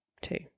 two